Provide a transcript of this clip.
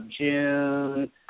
June